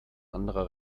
anderer